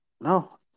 No